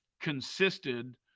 consisted